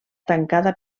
tancada